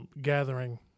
gathering